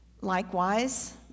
Likewise